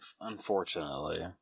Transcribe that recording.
unfortunately